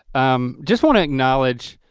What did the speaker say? um just wanna acknowledge